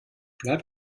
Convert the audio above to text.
bleib